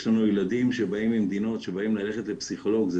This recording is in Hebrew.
יש לנו ילדים שבאים ממדינות שבהן ללכת לפסיכולוג זה